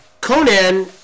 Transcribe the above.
Conan